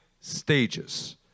stages